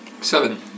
Seven